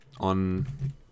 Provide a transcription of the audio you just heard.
on